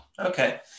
Okay